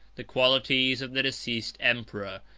the qualities of the deceased emperor,